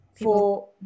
For-